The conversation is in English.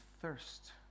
thirst